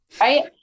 Right